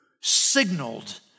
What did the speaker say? signaled